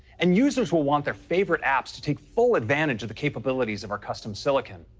and users will want their favorite apps to take full advantage of the capabilities of our custom silicon.